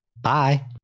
Bye